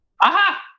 Aha